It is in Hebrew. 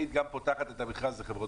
מחו"ל?